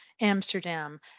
Amsterdam